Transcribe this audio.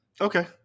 Okay